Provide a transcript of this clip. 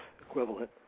equivalent